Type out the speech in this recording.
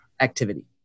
activity